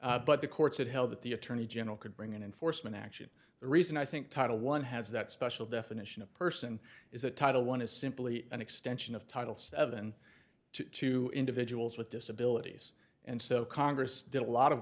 but the courts have held that the attorney general could bring an enforcement action the reason i think title one has that special definition of person is that title one is simply an extension of title seven to two individuals with disabilities and so congress did a lot of